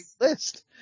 list